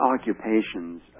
occupations